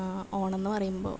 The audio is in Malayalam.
ഓണം എന്ന് പറയുമ്പോൾ